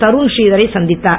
தருண் ஸ்ரீதரை சந்தித்தார்